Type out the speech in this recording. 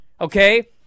okay